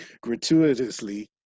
gratuitously